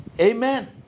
Amen